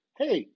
hey